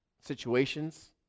situations